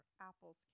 apples